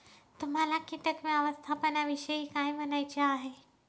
तुम्हाला किटक व्यवस्थापनाविषयी काय म्हणायचे आहे?